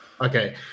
Okay